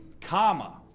comma